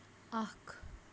اَکھ